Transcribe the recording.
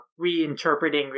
reinterpreting